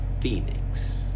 Phoenix